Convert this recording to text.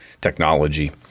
technology